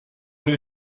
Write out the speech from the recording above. new